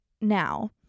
now